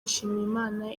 nshimyimana